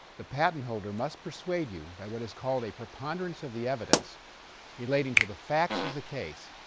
the patent holder must persuade you, by what is called a preponderance of the evidence relating to the facts of the case,